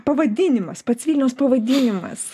pavadinimas pats vilniaus pavadinimas